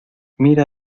mira